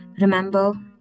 Remember